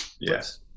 Yes